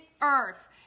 earth